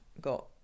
got